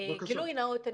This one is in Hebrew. גלוי נאות,